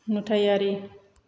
नुथायारि